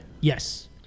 Yes